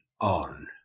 on